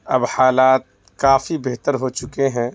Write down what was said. اب حالات کافی بہتر ہو چکے ہیں